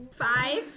Five